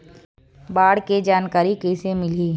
बाढ़ के जानकारी कइसे मिलही?